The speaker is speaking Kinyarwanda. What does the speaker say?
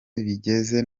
bigeza